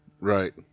Right